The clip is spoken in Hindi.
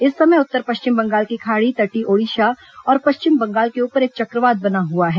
इस समय उत्तर पश्चिम बंगाल की खाड़ी तटीय ओडिशा और पश्चिम बंगाल के ऊपर एक चक्रवात बना हुआ है